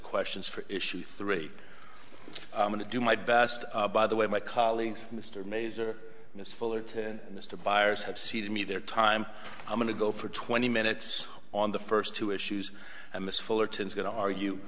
questions for issue three i'm going to do my best by the way my colleagues mr mays or miss fuller to mr byers have seated me their time i'm going to go for twenty minutes on the first two issues i miss fullerton's going to argue